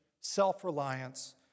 self-reliance